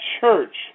church